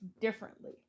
differently